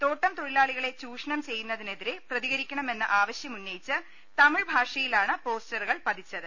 തോട്ടം തൊഴിലാളികളെ ചൂഷണം ചെയ്യുന്നതിനെ തിരെ പ്രതികരിക്കണമെന്ന ആവശ്യമുന്നയിച്ച് തമിഴ് ഭാഷയിലാണ് പോസ്റ്ററുകൾ പതിച്ചത്